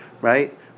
Right